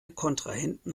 kontrahenten